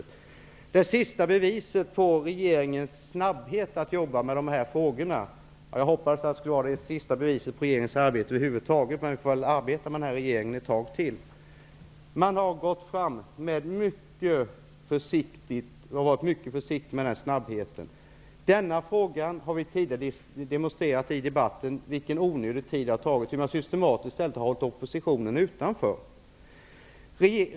Det här är ett sista bevis på regeringens snabbhet att arbeta med dessa frågor, säger Birgit Friggebo. Jag hade hoppats att det var det sista beviset på regeringens arbete över huvud taget, men vi får väl arbeta med den här regeringen ett tag till. Man har varit mycket försiktig med snabbheten. Den här frågan -- det har vi tidigare demonstrerat i debatten -- har tagit en onödigt lång tid. Man har systematiskt ställt oppositionen utanför.